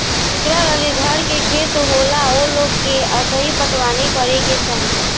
जेकरा लगे घर के खेत होला ओ लोग के असही पटवनी करे के चाही